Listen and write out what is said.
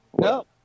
No